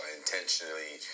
intentionally